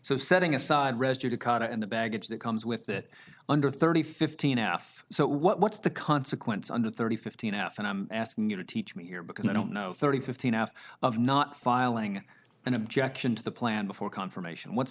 so setting aside residue to cut in the baggage that comes with it under thirty fifteen f so what's the consequence under thirty fifteen f and i'm asking you to teach me here because i don't know thirty fifteen out of not filing an objection to the plan before confirmation what's